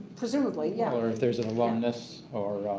presumably, yeah. or if there is an alumnus or.